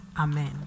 Amen